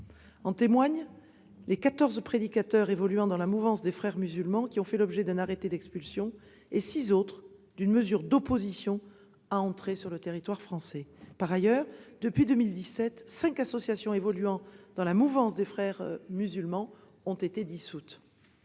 En témoignent les quatorze prédicateurs évoluant dans la mouvance des Frères musulmans qui ont fait l'objet d'un arrêté d'expulsion, tandis que six autres se sont vu refuser le droit d'entrer sur le territoire français. Par ailleurs, depuis 2017, cinq associations évoluant dans la mouvance des Frères musulmans ont été dissoutes.